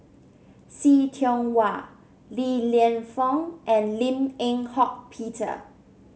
See Tiong Wah Li Lienfung and Lim Eng Hock Peter